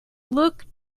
look